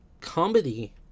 comedy